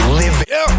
living